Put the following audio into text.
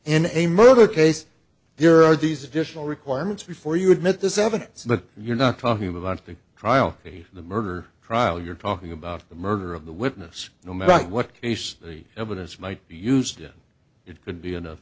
in a murder case there are these additional requirements before you admit this evidence but you're not talking about the trial here the murder trial you're talking about the murder of the witness no matter what the evidence might be used and it could be